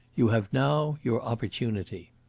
you have now your opportunity.